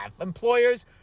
employers